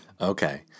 Okay